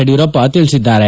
ಯಡಿಯೂರಪ್ಪ ತಿಳಿಸಿದ್ದಾರೆ